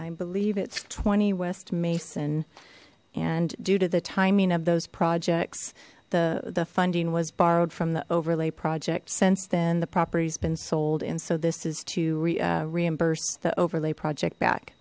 i believe it's twenty west mason and due to the timing of those projects the the funding was borrowed from the overlay project since then the property has been sold and so this is to reimburse the overlay project back